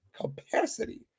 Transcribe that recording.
capacity